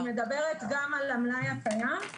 אני מדברת גם על המלאי הקיים,